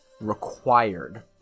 required